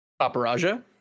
paparaja